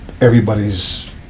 everybody's